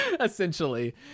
essentially